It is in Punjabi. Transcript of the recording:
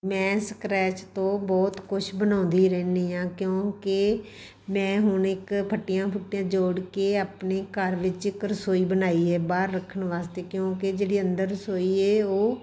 ਮੈਂ ਸਕਰੈਚ ਤੋਂ ਬਹੁਤ ਕੁਛ ਬਣਾਉਂਦੀ ਰਹਿੰਦੀ ਹਾਂ ਕਿਉਂਕਿ ਮੈਂ ਹੁਣ ਇੱਕ ਫੱਟੀਆਂ ਫੁੱਟੀਆਂ ਜੋੜ ਕੇ ਆਪਣੇ ਘਰ ਵਿੱਚ ਇੱਕ ਰਸੋਈ ਬਣਾਈ ਹੈ ਬਾਹਰ ਰੱਖਣ ਵਾਸਤੇ ਕਿਉਂਕਿ ਜਿਹੜੀ ਅੰਦਰ ਰਸੋਈ ਹੈ ਉਹ